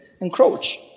encroach